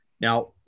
Now